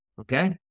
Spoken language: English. Okay